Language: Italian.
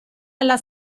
alla